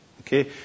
okay